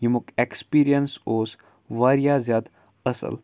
ییٚمُک اٮ۪کسپیٖریَنٕس اوس واریاہ زیادٕ اَصٕل